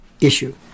issue